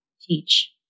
teach